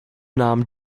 namen